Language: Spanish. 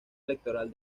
electoral